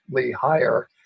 higher